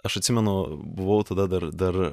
aš atsimenu buvau tada dar dar